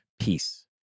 peace